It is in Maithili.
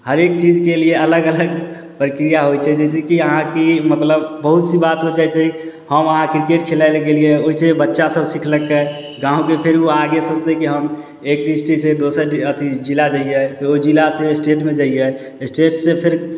हरेक चीजके लिए अलग अलग प्रक्रिया होइ छै जैसेकि अहाँ की मतलब बहुत सी बात हो जाइ छै हम अहाँ क्रिकेट खेलाइ लए गेलिए ओहिसऽ बच्चा सब सीखलकै गाँवके फेर ओ आगे सोचतै की हम एक डिस्ट्रिक्ट से दोसर डिस्ट्रिक्ट अथी जिला जइयै फेर ओहि जिला से स्टेटमे जइयै स्टेट से फेर